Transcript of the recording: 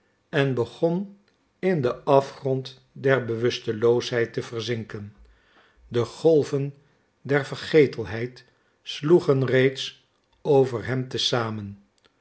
en begon in den afgrond der bewusteloosheid te verzinken de golven der vergetelheid sloegen reeds over hem te